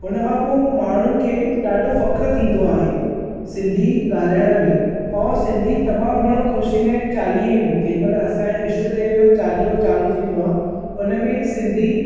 हुन खां पोइ माण्हुनि खे ॾाढो फ़ख़ुरु थीन्दो आहे सिंधी ॻाल्हाइण में ऐं सिंधी तमामु घणो ख़ुशि थीन्दा आहिनि चालीह में जॾहिं असांजे ईष्ट देव जो चालीहो चालू थीन्दो आहे उन में सिंधी